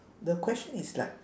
the question is like